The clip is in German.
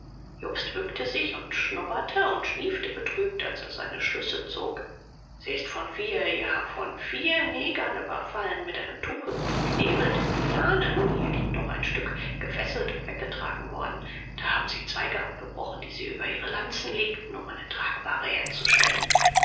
jobst bückte sich und schnoberte und schniefte betrübt als er seine schlüsse zog sie ist von vier ja von vier negern überfallen mit einem tuche geknebelt mit lianen hier liegt noch ein stück gefesselt und weggetragen worden da haben sie zweige abgebrochen die sie über ihre lanzen legten um eine tragbahre herzustellen